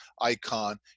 icon